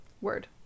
word